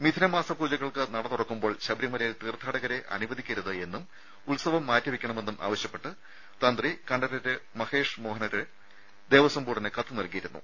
മിഥുന മാസ പൂജകൾക്ക് നട തുറക്കുമ്പോൾ ശബരിമലയിൽ അനുവദിക്കരുതെന്നും തീർത്ഥാടകരെ ഉത്സവം മാറ്റിവെയ്ക്കണമെന്നും ആവശ്യപ്പെട്ട് തന്ത്രി കണ്ഠരര് മഹേഷ് മോഹനര് ദേവസ്വം ബോർഡിന് കത്ത് നൽകിയിരുന്നു